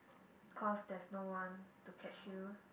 cause there's no one to catch you